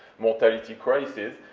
mortality crisis,